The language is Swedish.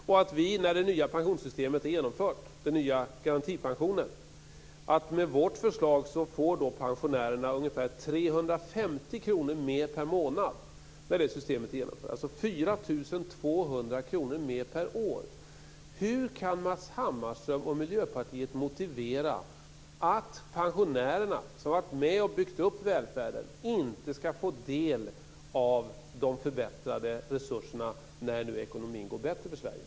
Med vårt förslag får pensionärerna ungefär 350 kr mer per månad, dvs. 4 200 kr mer per år, när den nya garantipensionen är genomförd. Hur kan Matz Hammarström och Miljöpartiet motivera att pensionärerna, som varit med och byggt upp välfärden, inte ska få del av de förbättrade resurserna när nu ekonomin blir bättre i Sverige?